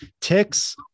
ticks